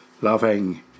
loving